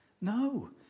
No